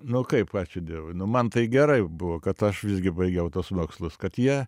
nu kaip ačiū dievui nu man tai gerai buvo kad aš visgi baigiau tuos mokslus kad jie